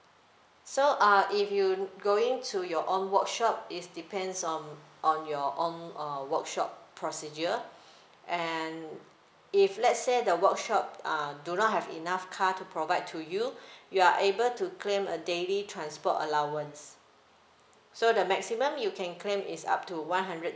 so uh if you going to your own workshop is depends on on your own uh workshop procedure and if let's say the workshop um do not have enough car to provide to you you are able to claim a daily transport allowance so the maximum you can claim is up to one hundred